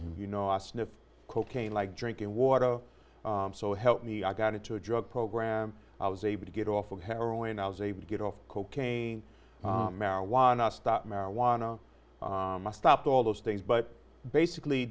you know i sniff cocaine like drinking water so help me i got into a drug program i was able to get off of heroin i was able to get off cocaine marijuana stopped marijuana i stopped all those things but basically